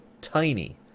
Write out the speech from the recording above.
tiny